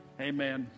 Amen